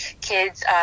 kids